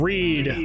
Read